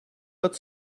but